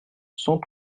cent